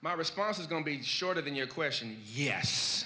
my response is going to be shorter than your question yes